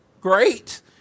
great